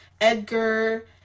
Edgar